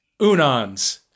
Unans